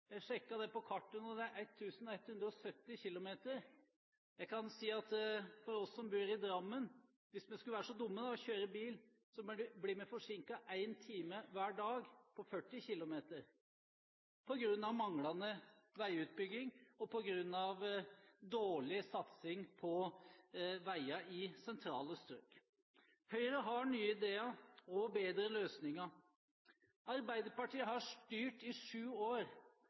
Jeg sjekket det på kartet nå, det er 1 170 km. Jeg kan si at vi som bor i Drammen – hvis vi skulle være så dumme å kjøre bil – blir forsinket en time hver dag på 40 km på grunn av manglende veiutbygging og på grunn av dårlig satsing på veier i sentrale strøk. Høyre har nye ideer og bedre løsninger. Arbeiderpartiet har styrt i sju år.